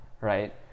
right